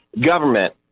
government